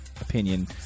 opinion